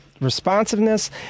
responsiveness